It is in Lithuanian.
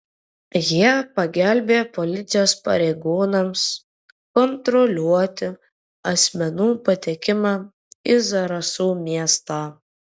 jie pagelbėjo policijos pareigūnams kontroliuoti asmenų patekimą į zarasų miestą